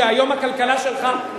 והיום הכלכלה שלך,